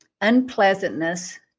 unpleasantness